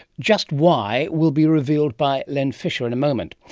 just why will be revealed by len fisher in a moment.